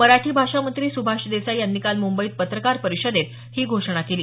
मराठी भाषा मंत्री सुभाष देसाई यांनी काल मुंबईत पत्रकार परिषदेत ही घोषणा केली